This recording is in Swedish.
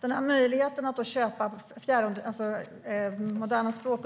När det gäller möjligheten att köpa undervisning i moderna språk